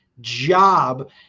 job